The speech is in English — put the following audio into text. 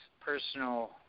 personal